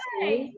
hi